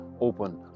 open